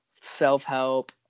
self-help